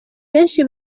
benshi